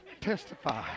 Testify